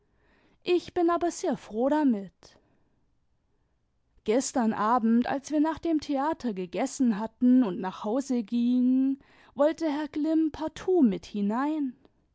ich bin aber sehr froh damit gestern abend als wir nach dem theater gegessen hatten und nach hause gingen wollte herr glinun partout nut hinein